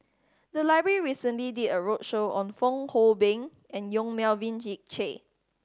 the library recently did a roadshow on Fong Hoe Beng and Yong Melvin Yik Chye